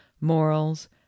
morals